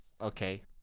Okay